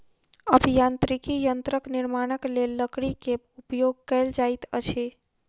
अभियांत्रिकी यंत्रक निर्माणक लेल लकड़ी के उपयोग कयल जाइत अछि